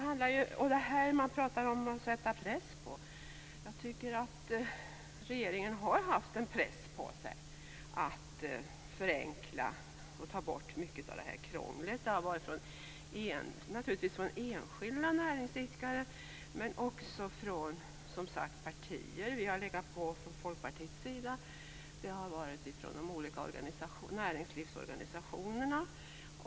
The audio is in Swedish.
Man talar om detta med att sätta press, och jag tycker att regeringen har haft en press på sig att förenkla och ta bort mycket av krånglet. Pressen har kommit från enskilda näringsidkare, från olika partier och däribland Folkpartiet samt från olika näringslivsorganisationer.